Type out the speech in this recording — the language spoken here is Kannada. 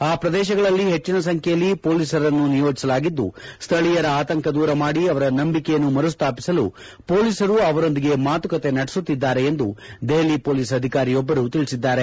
ಆ ಪ್ರದೇಶಗಳಲ್ಲಿ ಹೆಚ್ಚಿನ ಸಂಖ್ಯೆಯಲ್ಲಿ ಮೊಲೀಸರನ್ನು ನಿಯೋಜಿಸಲಾಗಿದ್ದು ಸ್ಥಳೀಯರ ಆತಂಕ ದೂರಮಾಡಿ ಅವರ ನಂಬಿಕೆಯನ್ನು ಮರುಸ್ಥಾಪಿಸಲು ಮೊಲೀಸರು ಅವರೊಂದಿಗೆ ಮಾತುಕತೆ ನಡೆಸುತ್ತಿದ್ದಾರೆ ಎಂದು ದೆಹಲಿ ಪೊಲೀಸ್ ಅಧಿಕಾರಿಯೊಬ್ಬರು ತಿಳಿಸಿದ್ದಾರೆ